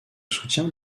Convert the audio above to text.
soutien